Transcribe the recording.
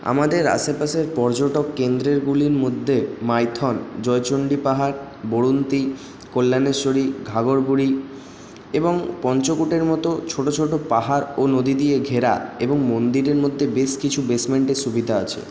আমাদের আশেপাশের পর্যটক কেন্দ্রেরগুলির মধ্যে মাইথন জয়চন্ডী পাহাড় বরুন্তি কল্যাণেশ্বরী ঘাঘরবুড়ি এবং পঞ্চকোটের মতো ছোটো ছোটো পাহাড় ও নদী দিয়ে ঘেরা এবং মন্দিরের মধ্যে বেশ কিছু বেসমেন্টের সুবিধা আছে